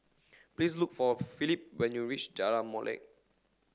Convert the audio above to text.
please look for Phillip when you reach Jalan Molek